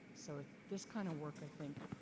so this kind of work, i think,